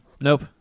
Nope